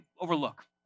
overlook